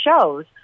shows